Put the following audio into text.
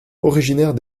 originaires